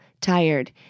tired